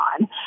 on